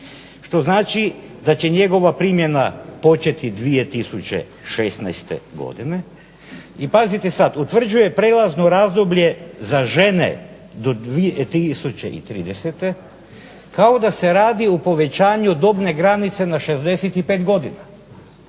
što znači da će njegova primjena početi 2016. godine, i pazite sad utvrđuje prijelazno razdoblje za žene do 2030., kao da se radi o povećanju dobne granice na 65 godina.